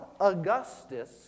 Augustus